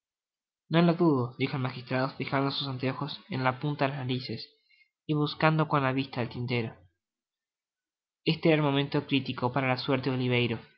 no lo dudo dijo el magistrado fijando sus anteojos en la punta de las narices y buscando con la vista el tintero este era el momento critico para la suerte de